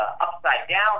upside-down